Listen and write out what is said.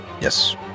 Yes